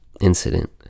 incident